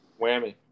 whammy